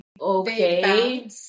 okay